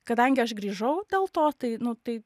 kadangi aš grįžau dėl to tai nu tai